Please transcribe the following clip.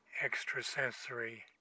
extrasensory